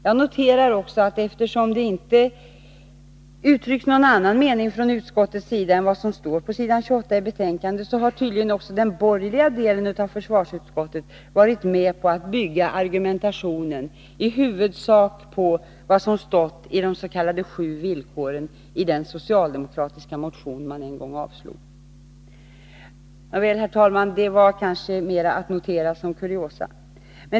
Jag noterar också att eftersom det inte uttrycks någon annan mening från utskottet än vad som står på s. 28 i betänkandet, har tydligen också den borgerliga delen av försvarsutskottet varit med på att bygga argumentationen i huvudsak på de s.k. sju villkoren i den socialdemokratiska motion man en gång avslog. Nåväl, herr talman, detta är kanske mera att notera som kuriosa.